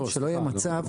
שלא יהיה מצב,